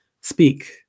speak